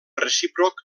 recíproc